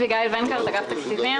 אביגיל ונקרט, אגף תקציבים.